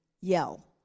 yell